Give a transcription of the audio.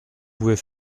pouvez